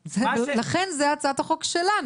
לכן זו הצעת החוק שלנו.